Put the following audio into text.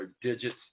digits